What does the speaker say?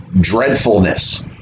dreadfulness